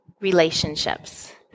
relationships